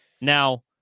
now